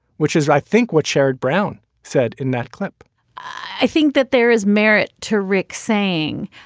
which is, i think, what sherrod brown said in that clip i think that there is merit to rick saying,